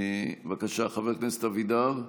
בבקשה, חבר הכנסת אבידר.